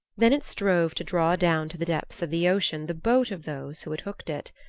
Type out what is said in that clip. then it strove to draw down to the depths of the ocean the boat of those who had hooked it.